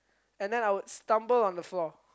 and then I would stumble on the floor